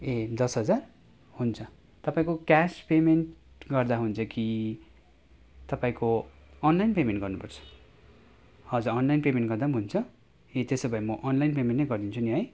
ए दस हजार हुन्छ तपाईँको क्यास पेमेन्ट गर्दा हुन्छ कि तपाईँको अनलाइन पेमेन्ट गर्नुपर्छ हजुर अनलाइन पेमेन्ट गर्दा पनि हुन्छ ए त्यसो भए म अनलाइन पेमेन्ट नै गरिदिन्छु नि है